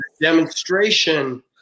demonstration